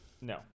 no